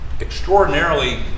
extraordinarily